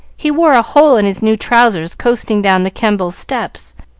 he wore a hole in his new trousers coasting down the kembles' steps.